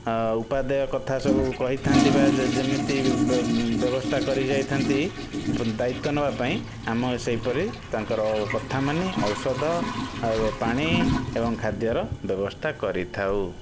ଆ ଉପାଦେୟ କଥା ସବୁ କହିଥାନ୍ତି ବା ଯେ ଯେମିତି ବ୍ୟବସ୍ଥା କରିଯାଇଥାନ୍ତି ଦା ଦାୟିତ୍ୱ ନେବା ପାଇଁ ଆମ ସେହିପରି ତାଙ୍କର କଥା ମାନି ଔଷଧ ଆଉ ପାଣି ଏବଂ ଖାଦ୍ୟ ର ବ୍ୟବସ୍ଥା କରିଥାଉ